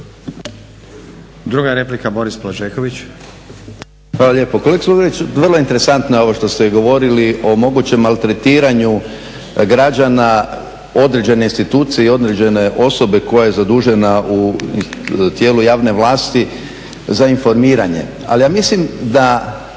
Druga replika Boris Blažeković.